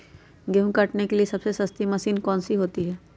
गेंहू काटने के लिए सबसे सस्ती मशीन कौन सी होती है?